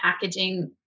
packaging